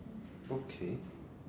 okay